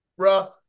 Bruh